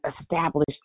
established